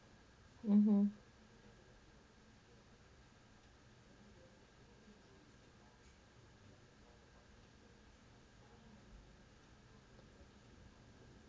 mmhmm